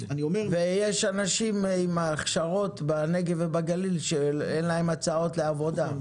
בזמן שבנגב ובגליל יש אנשים עם הכשרות שאין להם הצעות לעבודה.